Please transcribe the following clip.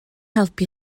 helpu